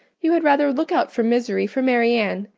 you had rather look out for misery for marianne,